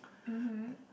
mmhmm